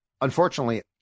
unfortunately